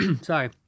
Sorry